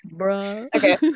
okay